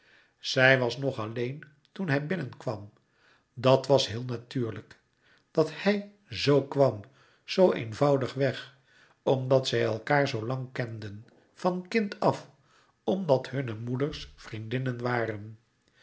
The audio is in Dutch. zij was nog alleen toen hij binnenkwam dat was heel natuurlijk dat hij zoo kwam louis couperus metamorfoze zoo eenvoudig weg omdat zij elkaâr zoo lang kenden van kind af omdat hunne moeders vriendinnen waren